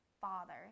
father